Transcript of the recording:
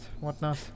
whatnot